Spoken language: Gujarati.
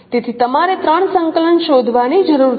તેથી તમારે ત્રણ સંકલન શોધવાની જરૂર છે